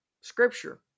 scripture